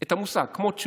את המושג, כמות שהוא.